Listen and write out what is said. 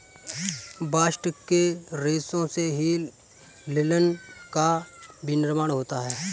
bast के रेशों से ही लिनन का भी निर्माण होता है